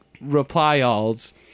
reply-alls